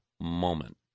moment